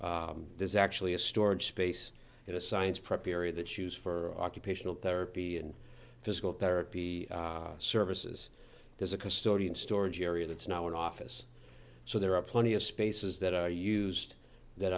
there's actually a storage space in a science preparer that use for occupational therapy and physical therapy services there's a custodian storage area that's now an office so there are plenty of spaces that are used that